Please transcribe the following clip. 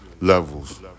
levels